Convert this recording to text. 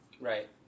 Right